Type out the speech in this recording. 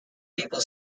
people